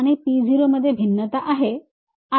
P 1 आणि P 0 मध्ये भिन्नता आहे